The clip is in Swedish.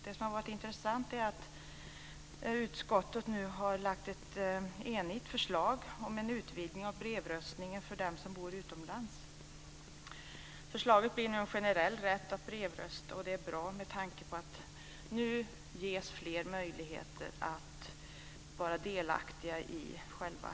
Det som har varit intressant är att utskottet har lagt fram ett förslag som ledamöterna är eniga om gällande en utvidgning av brevröstningen för dem som bor utomlands. Det är bra med tanke på att fler nu ges möjlighet att vara delaktiga i valet.